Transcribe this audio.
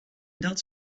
dat